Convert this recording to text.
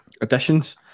additions